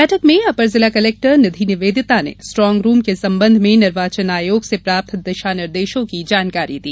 बैठक में अपर जिला कलेक्टर निधि निवेदिता ने स्ट्रांग रूम के संबंध में निर्वाचन आयोग से प्राप्त दिशा निर्देशों की जानकारी दी